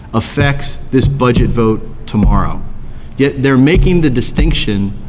affects this budget vote tomorrow yet they're making the distinction,